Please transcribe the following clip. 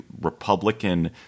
Republican